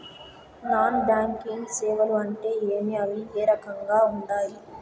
non banking సేవలు అంటే ఏమి అవి ఏ రకంగా ఉండాయి